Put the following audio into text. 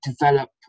develop